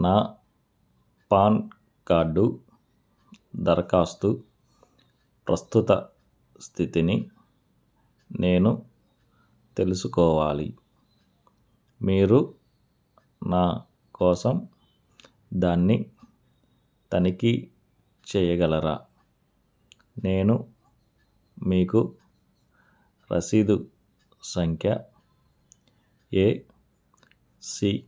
నా PAN card దరఖాస్తు ప్రస్తుత స్థితిని నేను తెలుసుకోవాలి మీరు నా కోసం దాన్ని తనిఖీ చెయ్యగలరా నేను మీకు రశీదు సంఖ్య ఏసీ